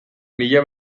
mila